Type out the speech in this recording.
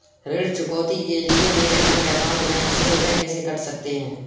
ऋण चुकौती के लिए मेरे बैंक अकाउंट में से रुपए कैसे कट सकते हैं?